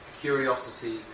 curiosity